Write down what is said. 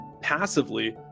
passively